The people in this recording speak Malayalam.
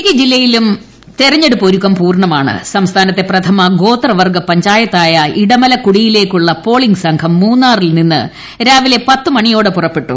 ഇടുക്കി ഇൻട്രോ സംസ്ഥാനത്തെ പ്രഥമ ഗോത്രവർഗ്ഗ പഞ്ചായത്തായ ഇടമലക്കുടിയിലേക്കുള്ള പോളിംഗ് സംഘം മൂന്നാറിൽ നിന്ന് രാവിലെ പത്ത് മണിയോടെ പുറപ്പെട്ടു